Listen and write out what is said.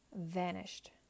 Vanished